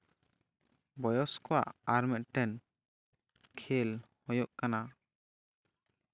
ᱵᱚᱭᱚᱥ ᱠᱚᱣᱟᱜ ᱟᱨ ᱢᱤᱫᱴᱮᱱ ᱠᱷᱮᱞ ᱦᱩᱭᱩᱜ ᱠᱟᱱᱟ